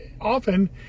often